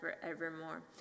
forevermore